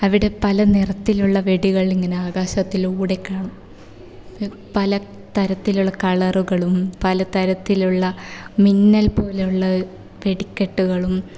അവിടെ പല നിറത്തിലുള്ള വെടികൾ ഇങ്ങനെ ആകാശത്തിലൂടെ കാണും പലതരത്തിലുള്ള കളറുകളും പലതരത്തിലുള്ള മിന്നൽ പോലെയുള്ള വെടിക്കെട്ടുകളും